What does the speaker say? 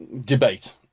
debate